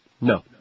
No